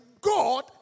God